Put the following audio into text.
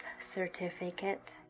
certificate